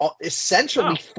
essentially